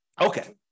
Okay